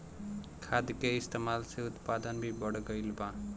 खाद के इस्तमाल से उत्पादन भी बढ़ गइल बा